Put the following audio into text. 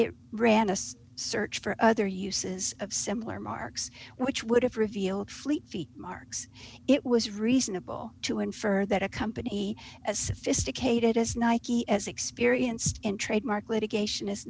it ran us search for other uses of similar marks which would have revealed fleet feet marks it was reasonable to infer that a company as sophisticated as nike as experienced in trademark litigation i